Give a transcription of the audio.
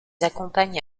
accompagne